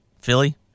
Philly